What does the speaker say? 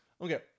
okay